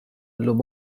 llum